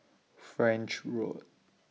French Road